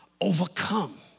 overcome